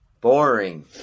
boring